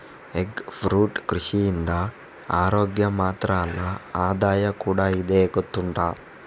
egg fruit ಕೃಷಿಯಿಂದ ಅರೋಗ್ಯ ಮಾತ್ರ ಅಲ್ಲ ಆದಾಯ ಕೂಡಾ ಇದೆ ಗೊತ್ತುಂಟಾ